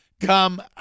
come